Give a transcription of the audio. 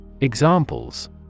Examples